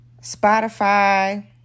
Spotify